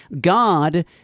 God